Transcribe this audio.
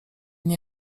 nie